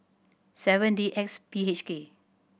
seven D X P H K